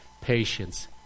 patience